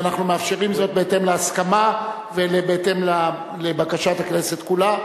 ואנחנו מאפשרים זאת בהתאם להסכמה ובהתאם לבקשת הכנסת כולה.